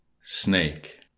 Snake